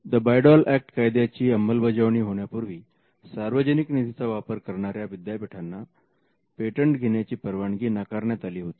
The Bayh Dole Act कायद्याची अंमलबजावणी होण्यापूर्वी सार्वजनिक निधीचा वापर करणाऱ्या विद्यापीठांना पेटंट घेण्याची परवानगी नाकारण्यात आली होती